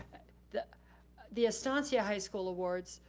the the estancia high school awards.